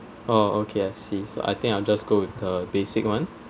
oh okay I see so I think I'll just go with the basic [one]